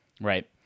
Right